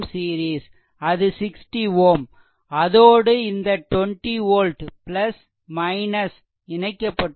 அது 60 Ω அதோடு இந்த 20 volt இணைக்கப்பட்டுள்ளது